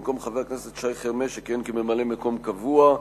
במקום חבר הכנסת שי חרמש שכיהן כממלא-מקום קבוע,